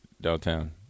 downtown